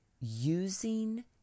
using